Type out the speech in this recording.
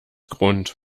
grund